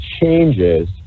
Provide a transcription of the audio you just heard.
changes